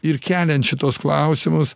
ir keliant šituos klausimus